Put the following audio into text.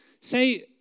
Say